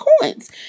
coins